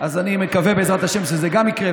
אז אני מקווה שבעזרת השם זה גם יקרה,